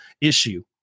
issue